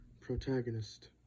protagonist